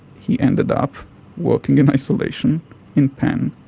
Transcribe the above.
he ended up working in isolation in penn,